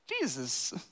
Jesus